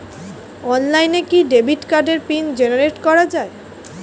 অনলাইনে কি ডেবিট কার্ডের পিন জেনারেট করা যায়?